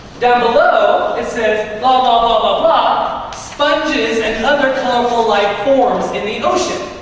down below it says, blah blah blah blah blah sponges and other colorful life forms in the ocean.